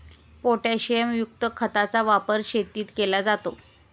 पोटॅशियमयुक्त खताचा वापर शेतीत केला जातो